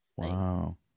Wow